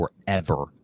forever